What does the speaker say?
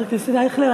חבר הכנסת אייכלר,